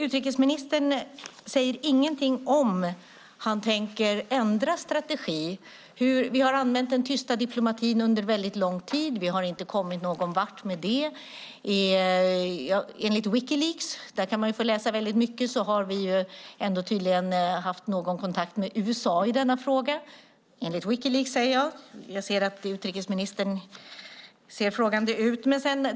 Utrikesministern säger ingenting om han tänker ändra strategi. Vi har använt den tysta diplomatin under lång tid. Vi har inte kommit någonvart med det. Enligt Wikileaks, där man kan få läsa mycket, har vi tydligen haft någon kontakt med USA i denna fråga. Jag ser att utrikesministern ser frågande ut.